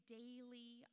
daily